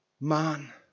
Man